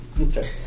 Okay